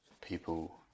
people